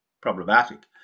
problematic